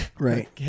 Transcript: Right